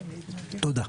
תודה.